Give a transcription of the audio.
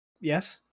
Yes